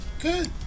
Good